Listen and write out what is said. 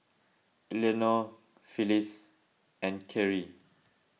Elenore Phillis and Kerrie